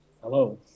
Hello